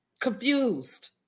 confused